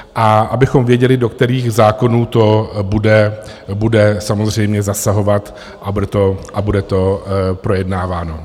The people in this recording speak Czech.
A abychom věděli, do kterých zákonů to bude samozřejmě zasahovat a bude to projednáváno.